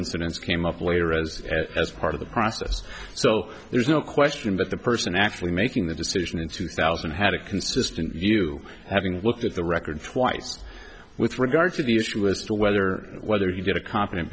incidents came up later as as part of the process so there's no question that the person actually making the decision in two thousand had a consistent view having looked at the record twice with regard to the issue as to whether whether he did a competent